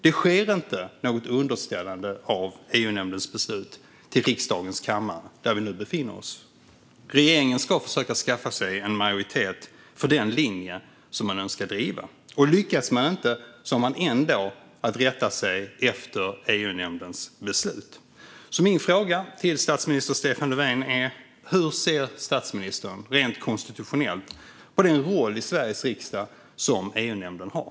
Det sker inte något underställande av EU-nämndens beslut till riksdagens kammare, där vi nu befinner oss. Regeringen ska försöka skaffa sig en majoritet för den linje som man önskar driva. Lyckas man inte har man ändå att rätta sig efter EU-nämndens beslut. Min fråga till statsminister Stefan Löfven är: Hur ser statsministern rent konstitutionellt på den roll i Sveriges riksdag som EU-nämnden har?